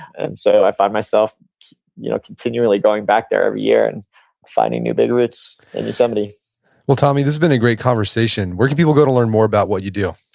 and so i find myself you know continually going back there every year and finding new big routes in yosemite well, tommy, this has been a great conversation. where can people go to learn more about what you do?